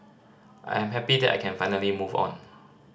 I am happy that I can finally move on